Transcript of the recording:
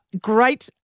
great